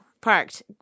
Parked